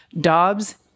Dobbs